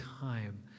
time